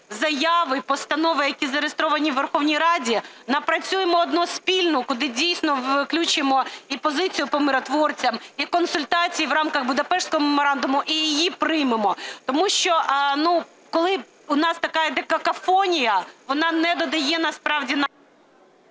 заяви і постанови, які зареєстровані у Верховній Раді, напрацюємо одну спільну, куди дійсно включимо і позицію по миротворцям, і консультації в рамках Будапештського меморандуму і її приймемо. Тому що, коли у нас така йде какофонія, вона не додає насправді…